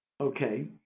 Okay